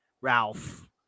Ralph